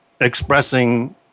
expressing